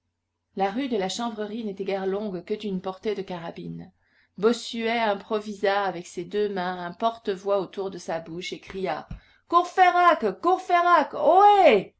la rue de la chanvrerie n'était guère longue que d'une portée de carabine bossuet improvisa avec ses deux mains un porte-voix autour de sa bouche et cria courfeyrac courfeyrac